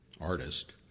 artist